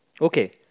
Okay